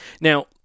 Now